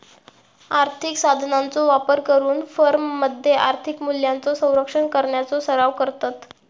आर्थिक साधनांचो वापर करून फर्ममध्ये आर्थिक मूल्यांचो संरक्षण करण्याचो सराव करतत